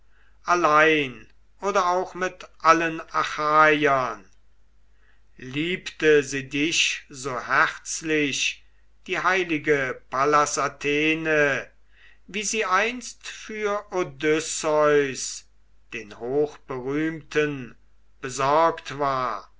allein oder auch mit allen achaiern liebte sie dich so herzlich die heilige pallas athene wie sie einst für odysseus den hochberühmten besorgt war